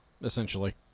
essentially